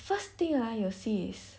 first thing ah you will see is